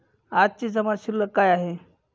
आजची जमा शिल्लक काय आहे?